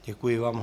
Děkuji vám.